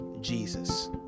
Jesus